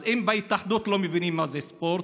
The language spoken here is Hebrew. אז אם בהתאחדות לא מבינים מה זה ספורט,